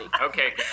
okay